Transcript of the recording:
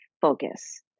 focus